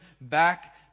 back